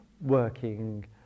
working